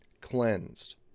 cleansed